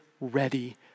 ready